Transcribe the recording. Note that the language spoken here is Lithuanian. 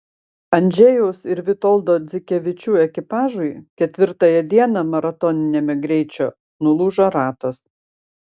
andžejaus ir vitoldo dzikevičių ekipažui ketvirtąją dieną maratoniniame greičio nulūžo ratas